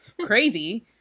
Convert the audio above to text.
crazy